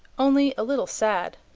only a little sad.